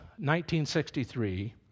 1963